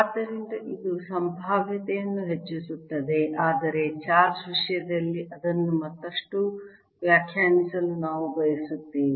ಆದ್ದರಿಂದ ಇದು ಸಂಭಾವ್ಯತೆಯನ್ನು ಹೆಚ್ಚಿಸುತ್ತದೆ ಆದರೆ ಚಾರ್ಜ್ ವಿಷಯದಲ್ಲಿ ಅದನ್ನು ಮತ್ತಷ್ಟು ವ್ಯಾಖ್ಯಾನಿಸಲು ನಾವು ಬಯಸುತ್ತೇವೆ